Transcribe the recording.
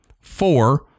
four